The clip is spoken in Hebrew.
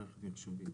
ממחיר של אגרה רגילה.